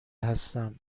هستم